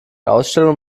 ausstellung